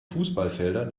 fußballfeldern